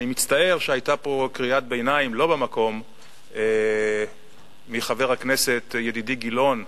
אני מצטער שהיתה פה קריאת ביניים לא במקום מחבר הכנסת ידידי גילאון,